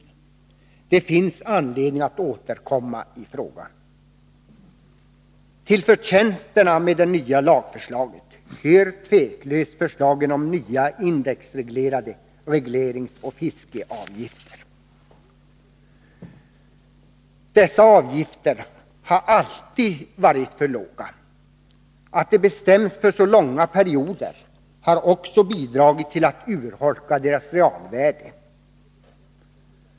Det finns anledning att återkomma i frågan. Till förtjänsterna i det nya lagförslaget hör utan tvivel förslaget om nya, indexreglerade regleringsoch fiskeavgifter. Dessa avgifter har alltid varit för låga. Att de bestämts för så långa perioder har också bidragit till att urholka deras realvärde.